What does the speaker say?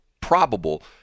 probable